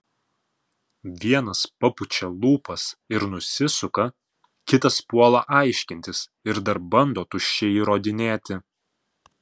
vienas papučia lūpas ir nusisuka kitas puola aiškintis ir dar bando tuščiai įrodinėti